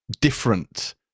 different